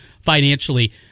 financially